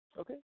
okay